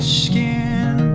skin